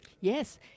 Yes